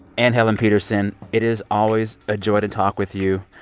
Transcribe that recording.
anne helen petersen, it is always a joy to talk with you.